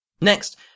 Next